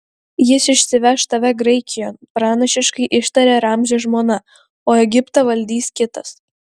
jis išsiveš tave graikijon pranašiškai ištarė ramzio žmona o egiptą valdys kitas